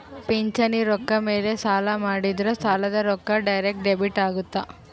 ಪಿಂಚಣಿ ರೊಕ್ಕ ಮೇಲೆ ಸಾಲ ಮಾಡಿದ್ರಾ ಸಾಲದ ರೊಕ್ಕ ಡೈರೆಕ್ಟ್ ಡೆಬಿಟ್ ಅಗುತ್ತ